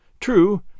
True